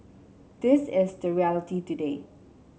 this is the reality today